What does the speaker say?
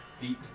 feet